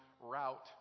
route